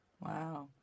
Wow